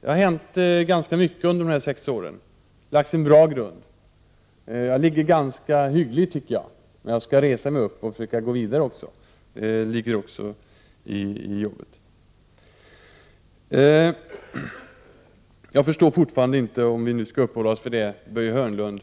Det har hänt ganska mycket under de senaste sex åren, och det finns en bra grund. Jag ligger rätt hyggligt, tycker jag, men jag skall resa mig upp och försöka gå vidare också. Det ingår i jobbet. Jag förstår fortfarande inte, om vi nu skall uppehålla oss vid den saken,